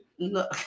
Look